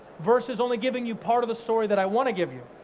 versus only giving you part of the story that i want to give you